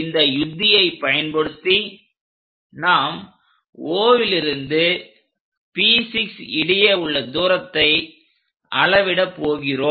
இந்த யுத்தியை பயன்படுத்தி நாம் Oலிருந்து P6 இடையே உள்ள தூரத்தை அளவிட போகிறோம்